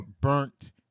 burnt